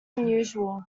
unusual